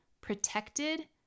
protected